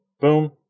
Boom